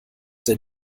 der